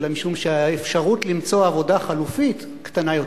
אלא משום שהאפשרות למצוא עבודה חלופית קטנה יותר.